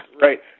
Right